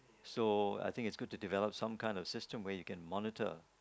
so I think it's good to develop some kind of system where you can monitor